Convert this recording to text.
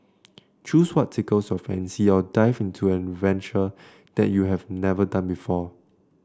choose what tickles your fancy or dive into an adventure that you have never done before